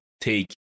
take